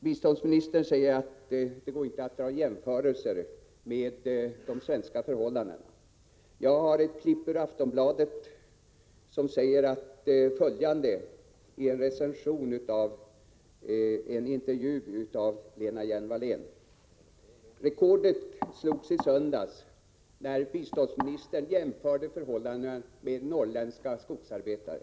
Biståndsministern säger att det inte går att göra jämförelser med svenska förhållanden. Jag har ett klipp ur Aftonbladet där man säger följande i en recension av en intervju med Lena Hjelm-Wallén: Rekordet slogs i söndags när biståndsministern jämförde förhållandena med norrländska skogsarbetare.